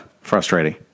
Frustrating